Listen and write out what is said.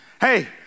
Hey